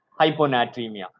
hyponatremia